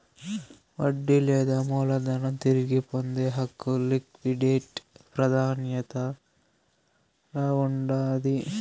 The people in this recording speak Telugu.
వడ్డీ లేదా మూలధనం తిరిగి పొందే హక్కు లిక్విడేట్ ప్రాదాన్యతల్ల ఉండాది